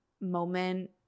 moment